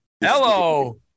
Hello